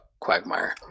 quagmire